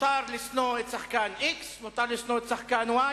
מותר לשנוא את שחקן x, מותר לשנוא את שחקן y.